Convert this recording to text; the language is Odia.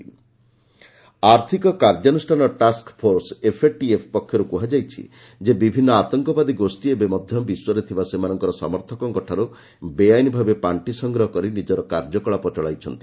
ଏଫଏଟିଏଫ୍ ଟେରର ଆର୍ଥିକ କାର୍ଯ୍ୟାନୁଷ୍ଠାନ ଟାସ୍କଫୋର୍ସ ବା ଏଫ୍ଏଟିଏଫ୍ ପକ୍ଷରୁ କୁହାଯାଇଛି ଯେ ବିଭିନ୍ନ ଆତଙ୍କବାଦୀ ଗୋଷୀ ଏବେ ମଧ୍ୟ ବିଶ୍ୱରେ ଥିବା ସେମାନଙ୍କର ସମର୍ଥକମାନଙ୍କଠାରୁ ବେଆଇନ୍ ଭାବେ ପାର୍ଷି ସଂଗ୍ରହ କରି ନିଜର କାର୍ଯ୍ୟକଳାପ ଚଳାଇଛନ୍ତି